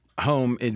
home